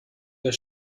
der